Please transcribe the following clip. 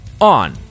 on